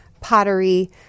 pottery